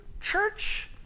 church